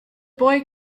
boy